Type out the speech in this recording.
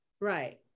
right